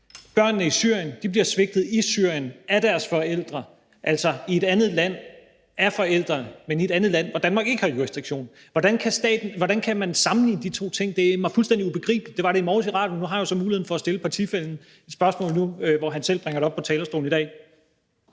Børnene i Syrien bliver svigtet i Syrien af deres forældre, altså af deres forældre i et andet land, hvor Danmark ikke har jurisdiktion. Hvordan kan man sammenligne de to ting? Det er mig fuldstændig ubegribeligt. Det var det i morges, da jeg hørte det i radioen, og nu har jeg jo så muligheden for at stille partifællen et spørgsmål, hvor han selv bringer det op på talerstolen i dag.